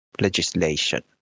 legislation